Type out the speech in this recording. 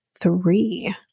three